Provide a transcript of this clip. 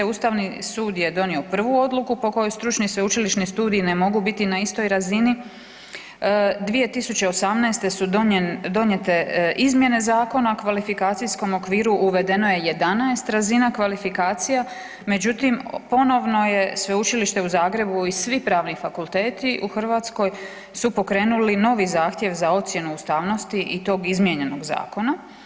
Ustavni sud je donio prvu odluku po kojoj stručni i sveučilišni studiji ne mogu biti na istoj razini, 2018. su donijete izmjene Zakona o Kvalifikacijskom okviru, uvedeno je 11 razina kvalifikacija, međutim, ponovno je Sveučilište u Zagrebu i svi pravni fakulteti u Hrvatskoj su pokrenuli novi zahtjev za ocjenu ustavnosti i tog izmijenjenog zakona.